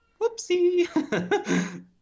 Whoopsie